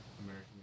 American